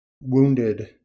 wounded